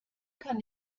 kann